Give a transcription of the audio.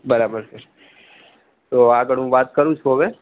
બરાબર છે તો આગળ હું વાત કરું છું હવે